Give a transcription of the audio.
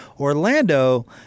Orlando